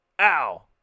Ow